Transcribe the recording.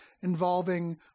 involving